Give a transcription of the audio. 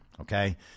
Okay